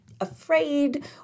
Afraid